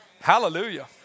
Hallelujah